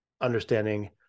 Understanding